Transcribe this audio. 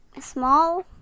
small